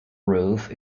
roof